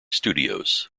studios